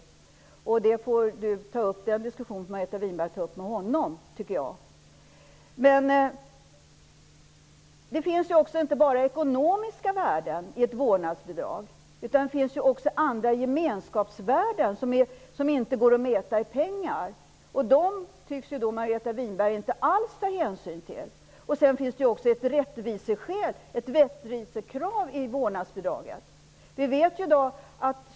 Margareta Winberg får själv ha en diskussion med Alf Det finns inte bara ekonomiska värden i ett vårdnadsbidrag utan också andra gemenskapsvärden som inte kan mätas i pengar. Dem tycks Margareta Winberg inte alls ta hänsyn till. Dessutom finns det ett rättviseskäl, ett rättvisekrav, i vårdnadsbidraget.